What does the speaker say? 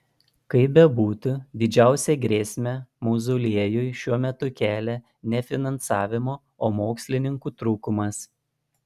kaip bebūtų didžiausią grėsmę mauzoliejui šiuo metu kelia ne finansavimo o mokslininkų trūkumas